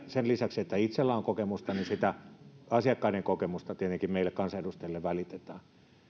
sen lisäksi että itselläni on kokemusta sitä asiakkaiden kokemusta tietenkin meille kansanedustajille välitetään